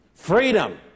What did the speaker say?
Freedom